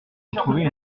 retrouver